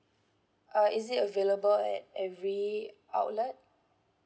uh is it available at every outlet